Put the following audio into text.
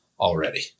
already